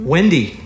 Wendy